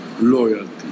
loyalty